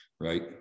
right